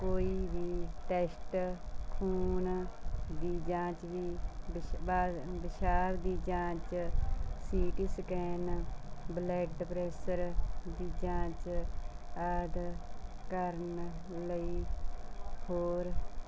ਕੋਈ ਵੀ ਟੈਸਟ ਖੂਨ ਦੀ ਜਾਂਚ ਵੀ ਵਿਸ਼ਾਲ ਦੀ ਜਾਂਚ C T scan blood pressure ਦੀ ਜਾਂਚ ਆਦਿ ਕਰਨ ਲਈ ਹੋਰ